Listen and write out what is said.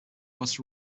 was